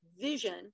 vision